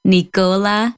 Nicola